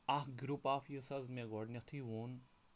اَکھ گرُپ آکھ یُس حظ مےٚ گۄڈنٮ۪تھٕے ووٚن